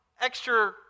extra